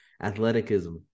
athleticism